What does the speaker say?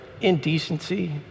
indecency